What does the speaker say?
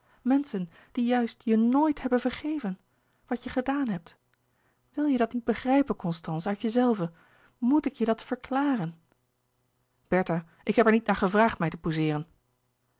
menschen die juist je n o o i t hebben vergeven wat je gedaan hebt wil je dat niet begrijpen constance uit jezelve moet ik je dat verklaren bertha ik heb er niet naar gevraagd mij te pousseeren